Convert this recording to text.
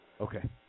Okay